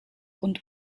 und